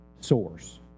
source